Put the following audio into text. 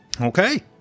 Okay